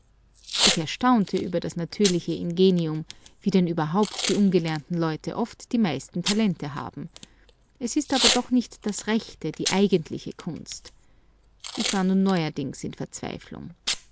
ich erstaunte über das natürliche ingenium wie denn überhaupt die ungelernten leute oft die meisten talente haben es ist aber doch nicht das rechte die eigentliche kunst ich war nun neuerdings in verzweiflung